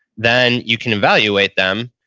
then you can evaluate them,